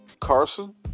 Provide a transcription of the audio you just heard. Carson